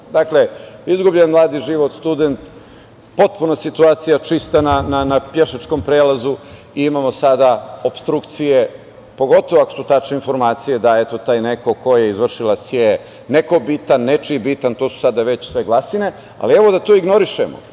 Dakle, izgubljen mladi život, student, potpuno čista situacija na pešačkom prelazu i imamo sada opstrukcije, pogotovo ako su tačne informacije, da taj neko ko je izvršilac je neko bitan, nečiji bitan, to su sada već sve glasine. Da to ignorišemo,